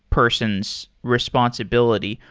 person's responsibility.